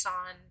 on